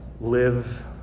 live